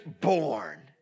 born